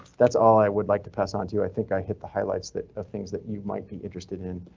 that's all i would like to pass on to you. i think i hit the highlights that things that you might be interested in.